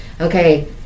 okay